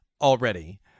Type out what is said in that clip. already